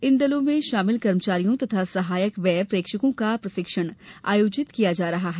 इन दलों में शामिल कर्मचारियों तथा सहायक व्यय प्रेक्षकों का प्रशिक्षण आयोजित किया जा रहा है